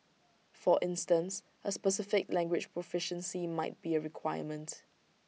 for instance A specific language proficiency might be A requirement